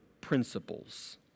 principles